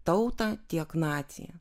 tautą tiek naciją